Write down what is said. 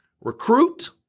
recruit